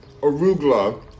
arugula